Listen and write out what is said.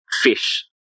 fish